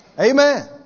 Amen